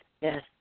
Yes